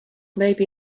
maybe